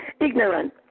ignorant